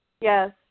Yes